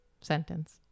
Sentence